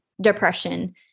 depression